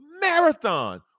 marathon